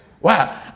Wow